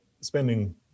spending